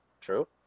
True